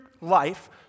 life